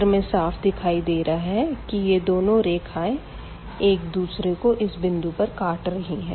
चित्र में साफ दिखाई दे रहा है कि ये दोनो रेखाएं एक दूसरे को इस बिंदु पर काट रही है